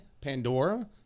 Pandora